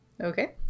Okay